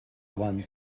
one